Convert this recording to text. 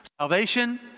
Salvation